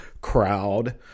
crowd